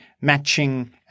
matching